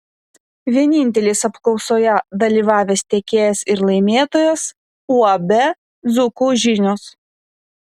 vienintelis apklausoje dalyvavęs tiekėjas ir laimėtojas uab dzūkų žinios